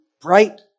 bright